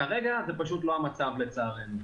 כרגע זה לא המצב, לצערנו.